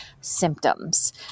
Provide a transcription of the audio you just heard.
symptoms